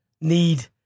need